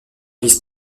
vice